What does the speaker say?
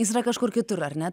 jis yra kažkur kitur ar ne